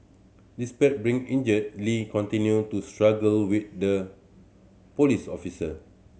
despite being injured Lee continued to struggle with the police officer